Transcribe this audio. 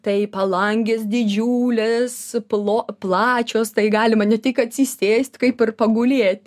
tai palangės didžiulės plo plačios tai galima ne tik atsisėsti kaip ir pagulėt